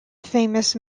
famous